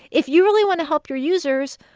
if you really want to help your users,